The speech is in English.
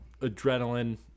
adrenaline